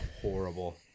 horrible